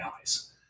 eyes